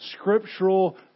scriptural